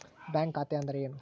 Bank ಖಾತೆ ಅಂದರೆ ಏನು?